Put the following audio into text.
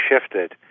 shifted